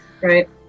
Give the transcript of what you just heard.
right